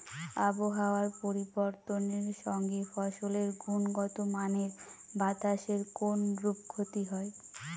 আবহাওয়ার পরিবর্তনের সঙ্গে ফসলের গুণগতমানের বাতাসের কোনরূপ ক্ষতি হয়?